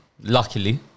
Luckily